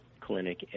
clinic